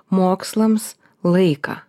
mokslams laiką